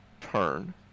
turn